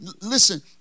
Listen